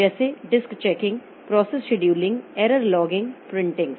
जैसे disk checking process scheduling error logging printings